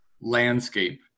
landscape